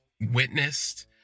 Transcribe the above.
witnessed